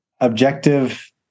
objective